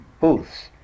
booths